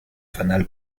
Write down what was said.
fanal